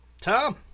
Tom